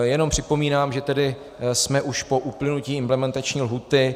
Jenom připomínám, že jsme už po uplynutí implementační lhůty.